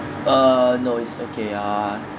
uh no it's okay ah